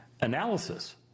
analysis